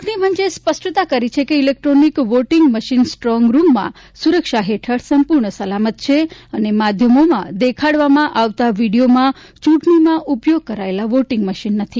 ચૂંટણીપંચે સ્પષ્ટતા કરી છે કે ઇલેકટ્રોનિક વોટીંગ મશીન સ્ટ્રોંગરૂમમાં સુરક્ષા હેઠળ સંપૂર્ણ સલામત છે અને માધ્યમોમાં દેખાડવામાં આવતા વીડીયોમાં ચ્રંટણીમાં ઉપયોગ કરાયેલા વોટીંગ મશીન નથી